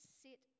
sit